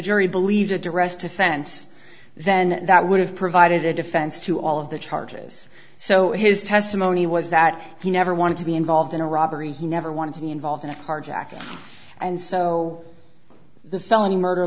jury believed arrest offense then that would have provided a defense to all of the charges so his testimony was that he never wanted to be involved in a robbery he never wanted to be involved in a carjacking and so the felony murder